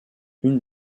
une